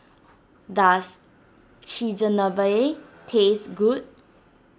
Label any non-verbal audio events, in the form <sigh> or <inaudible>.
<noise> does Chigenabe taste good